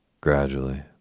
gradually